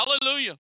Hallelujah